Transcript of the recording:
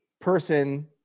person